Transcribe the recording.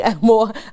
more